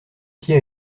pied